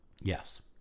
Yes